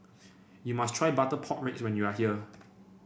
you must try Butter Pork Ribs when you are here